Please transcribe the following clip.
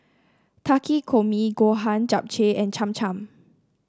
Takikomi Gohan Japchae and Cham Cham